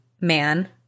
man